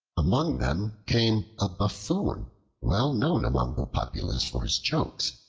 among them came a buffoon well known among the populace for his jokes,